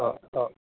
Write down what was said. অঁ অঁ